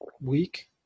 week